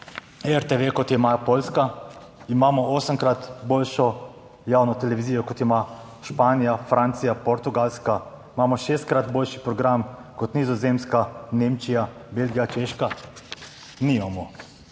RTV, kot jo ima Poljska, imamo osemkrat boljšo javno televizijo, kot jo ima Španija, Francija, Portugalska, imamo šestkrat boljši program kot Nizozemska, Nemčija, Belgija, Češka. Nimamo.